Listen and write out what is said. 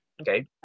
Okay